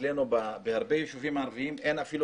אצלנו בהרבה יישובים ערביים אין אפילו